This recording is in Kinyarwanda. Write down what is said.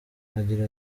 agira